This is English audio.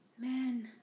Man